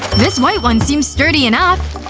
this white one seems sturdy enough.